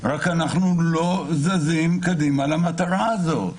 רק אנחנו לא זזים קדימה למטרה הזאת.